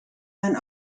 mijn